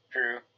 True